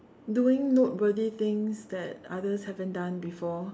doing noteworthy things that others haven't done before